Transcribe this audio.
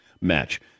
match